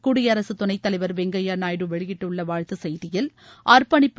குடியரசு துணைத் தலைவர் வெங்கப்யா நாயுடு வெளியிட்டுள்ள வாழ்த்து செய்தியில் அர்பணிப்பு